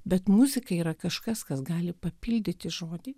bet muzika yra kažkas kas gali papildyti žodį